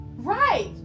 Right